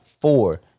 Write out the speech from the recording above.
four